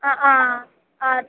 अ आ आत्